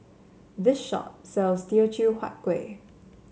this shop sells Teochew Huat Kuih